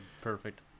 perfect